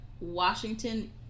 Washington